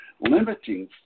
limiting